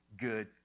good